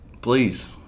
please